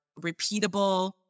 repeatable